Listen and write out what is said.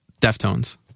Deftones